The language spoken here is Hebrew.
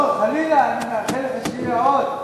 לא, חלילה, אני מאחל לך שיהיו עוד.